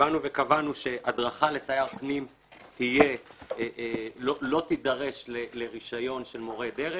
קבענו שהדרכה לתייר פנים לא תידרש לרישיון של מורה דרך,